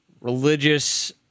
religious